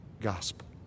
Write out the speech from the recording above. gospel